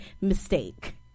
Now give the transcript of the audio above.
mistake